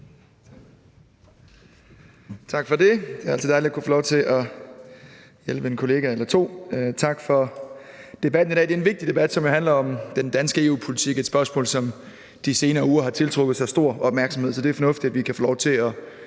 (Ordfører) Christian Rabjerg Madsen (S): Tak for det, og tak for debatten i dag. Det er en vigtig debat, som handler om den danske EU-politik; et spørgsmål, som de senere uger har tiltrukket sig stor opmærksomhed. Så det er fornuftigt, at vi kan få lov til at